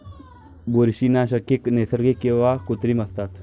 बुरशीनाशके नैसर्गिक किंवा कृत्रिम असतात